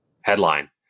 headline